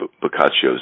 Boccaccio's